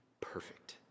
perfect